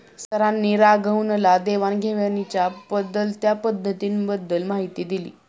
सरांनी राघवनला देवाण घेवाणीच्या बदलत्या पद्धतींबद्दल माहिती दिली